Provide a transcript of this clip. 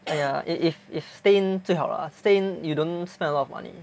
!aiya! if if stay in 最好 lah stay in you don't spend a lot of money